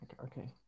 Okay